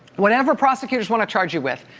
whatever prosecutors want to charge you with,